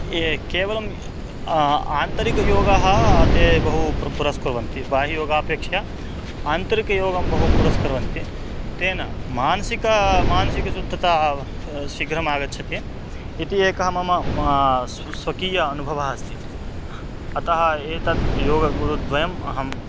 ये केवलं आन्तरिकयोगः ते बहु प्रसिद्धः पुरस्कुर्वन्ति बाह्ययोगापेक्षया आन्तरिकयोगं बहु पुरस्कुर्वन्ति तेन मानसिकं मानसिकशुद्धता शीघ्रम् आगच्छति इति एकः मम स्वकीय अनुभवः अस्ति अतः एतद् योगगुरुद्वयम् अहं